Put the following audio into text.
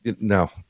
no